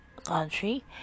country